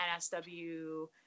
NSW